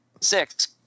Six